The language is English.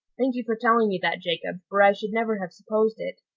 thank you for telling me that, jacob, for i should never have supposed it,